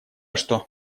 что